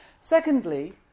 Secondly